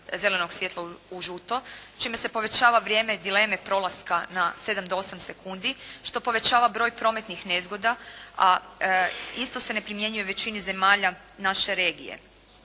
zelenog svjetla u žuto čime se povećava vrijeme dileme prolaska na 7 do 8 sekundi, što povećava broj prometnih nezgoda. A isto se ne primjenjuje u većini zemalja naše regije.